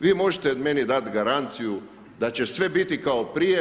Vi možete meni dati garanciju da će sve biti kao prije.